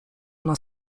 ona